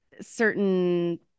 certain